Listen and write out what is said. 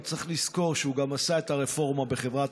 אבל צריך לזכור שהוא גם עשה את הרפורמה בחברת